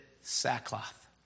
sackcloth